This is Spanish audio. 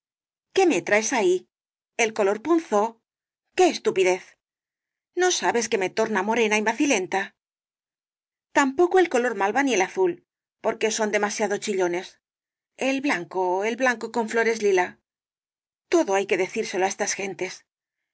qué me traes ahí el color punzó qué estupidez no sabes que me torna morena y macilenta tampoco el color malva ni el azul porque son demasiado chillones el blanco el blanco con flores lila todo hay que decírselo á estas gentes